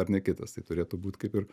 ar ne kitas tai turėtų būt kaip ir